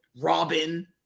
Robin